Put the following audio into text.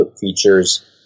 features